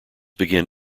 began